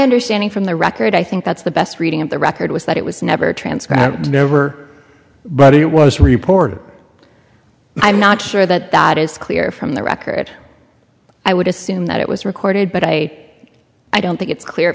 understanding from the record i think that's the best reading of the record was that it was never transcribed never but it was reported i'm not sure that that is clear from the record i would assume that it was recorded but i i don't think it's clear